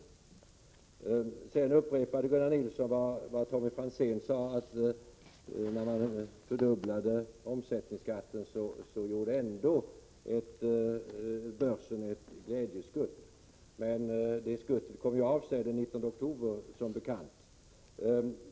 Gunnar Nilsson upprepade vad Tommy Franzén sade, nämligen att när man fördubblade omsättningsskatten gjorde börsen ändå ett glädjeskutt. Men det skuttet kom av sig den 19 oktober som bekant.